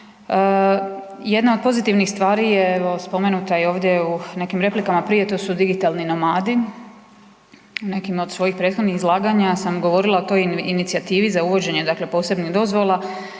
Jedna od pozitivnih stvari je, evo spomenuta je ovdje u nekim replikama prije, to su digitalni nomadi. U nekim od svojih prethodnih izlaganja sam govorila o toj inicijativi za uvođenje dakle posebnih dozvola